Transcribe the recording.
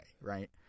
right